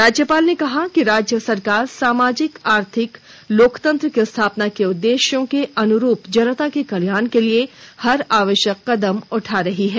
राज्यपाल ने कहा कि राज्य सरकार सामाजिक आर्थिक लोकतंत्र की स्थापना के उद्देश्यों के अनुरूप जनता के कल्याण के लिए हर आवश्यक कदम उठा रही है